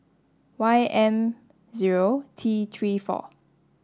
Y M zero T three four